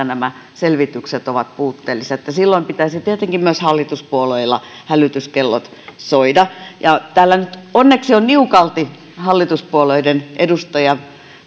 nämä selvitykset ovat puutteellisia että silloin pitäisi tietenkin myös hallituspuolueilla hälytyskellot soida täällä nyt onneksi on niukalti hallituspuolueiden edustajia